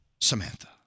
Samantha